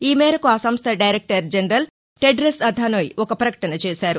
ఈ మేరకు ఆ సంస్ల డైరెక్టర్ జనరల్ టెడ్రస్ అధానోయ్ ఒక ప్రకటన చేశారు